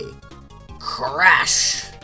Crash